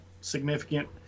significant